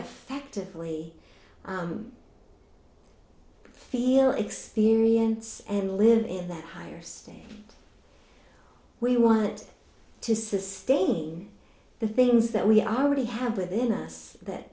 effectively feel experience and live in that higher same we want to sustain the things that we are already have within us that